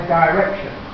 direction